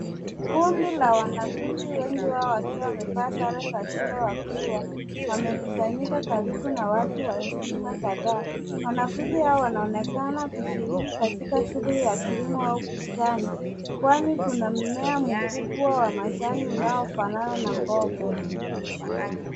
Kundi la wanafunzi wengi wao wakiwa wamevaa sare za shule wakiwa wamekusanyika karibu na watu wa heshima kadhaa. Wanafunzi hao wanaonekana kushiriki katika shughuli ya kilimo au bustani ,kwani kuna mmea mkubwa wa majani unaofanana na mboga.